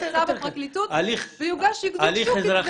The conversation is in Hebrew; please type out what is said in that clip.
נמצא בפרקליטות ויוגש כתב אישום.